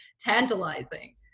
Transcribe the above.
tantalizing